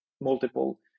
multiple